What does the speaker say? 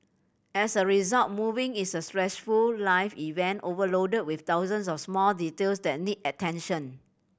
as a result moving is a stressful life event overloaded with thousands of small details that need attention